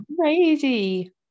crazy